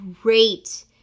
great